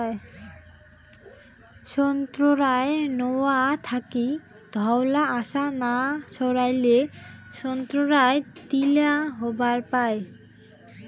সোন্তোরার নোয়া থাকি ধওলা আশ না সারাইলে সোন্তোরা তিতা হবার পায়